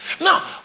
Now